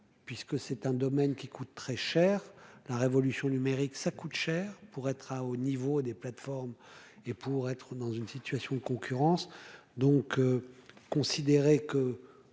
puisque c'est un domaine qui coûte très cher : la révolution numérique, ça coûte cher pour être à au niveau des plateformes et pour être dans une situation de concurrence donc considérer que